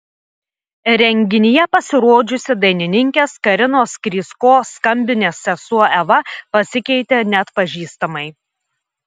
renginyje pasirodžiusi dainininkės karinos krysko skambinės sesuo eva pasikeitė neatpažįstamai